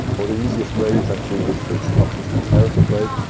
but easiest way is actually with this sort of and this comparative plate.